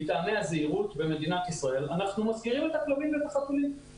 מטעמי הזהירות אנחנו מסגירים את הכלבים והחתולים.